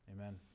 Amen